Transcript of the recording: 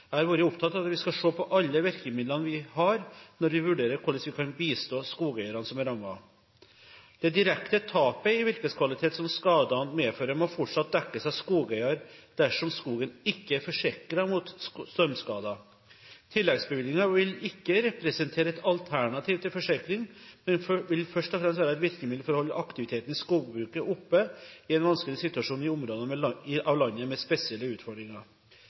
Jeg har vært opptatt av at vi skal se på alle virkemidlene vi har, når vi vurderer hvordan vi kan bistå skogeierne som er rammet. Det direkte tapet i virkeskvalitet som skadene medfører, må fortsatt dekkes av skogeier dersom skogen ikke er forsikret mot stormskader. Tilleggsbevilgningen vil ikke representere et alternativ til forsikring, men vil først og fremst være et virkemiddel for å holde aktiviteten i skogbruket oppe i en vanskelig situasjon i områder av landet med spesielle utfordringer.